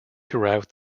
throughout